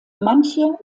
manche